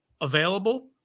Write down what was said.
available